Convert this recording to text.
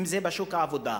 אם בשוק העבודה,